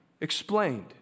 explained